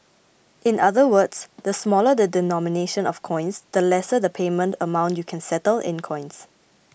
in other words the smaller the denomination of coins the lesser the payment amount you can settle in coins